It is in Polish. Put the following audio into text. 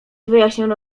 wyjaśniono